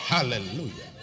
Hallelujah